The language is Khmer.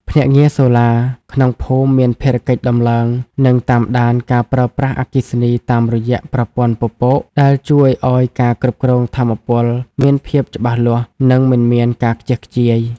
ភ្នាក់ងារសូឡាក្នុងភូមិមានភារកិច្ចដំឡើង និងតាមដានការប្រើប្រាស់អគ្គិសនីតាមរយៈប្រព័ន្ធពពក ដែលជួយឱ្យការគ្រប់គ្រងថាមពលមានភាពច្បាស់លាស់ និងមិនមានការខ្ជះខ្ជាយ។